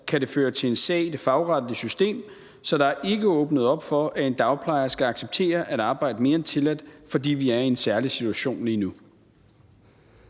kan det føre til en sag i det fagretlige system, så der er ikke åbnet op for, at en dagplejer skal acceptere at arbejde mere end tilladt, fordi vi er i en særlig situation lige nu.